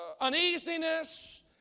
uneasiness